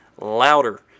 louder